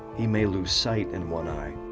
he may lose sight in one eye.